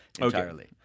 entirely